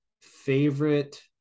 favorite